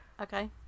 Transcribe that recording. okay